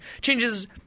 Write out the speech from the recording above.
changes—